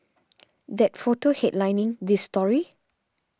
that photo headlining this story